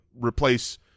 replace